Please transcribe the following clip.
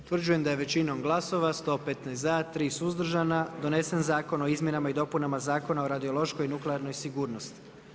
Utvrđujem da je većinom glasova 115 za, 3 suzdržana donesen Zakon o izmjenama i dopunama Zakona o radiološkoj i nuklearnoj sigurnosti.